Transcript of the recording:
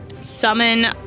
summon